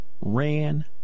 ran